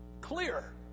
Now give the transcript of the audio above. clear